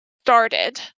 started